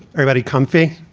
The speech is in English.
everybody comfy,